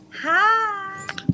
Hi